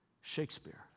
Shakespeare